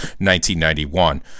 1991